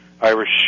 Irish